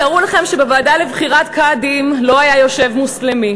תארו לכם שבוועדה לבחירת קאדים לא היה יושב מוסלמי